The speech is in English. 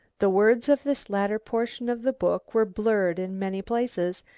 the words of this later portion of the book were blurred in many places,